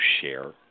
share